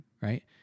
Right